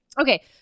Okay